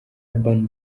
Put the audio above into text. urban